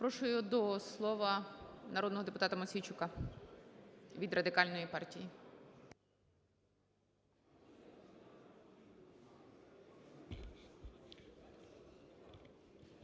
Запрошую до слова народного депутата Мосійчука від Радикальної партії.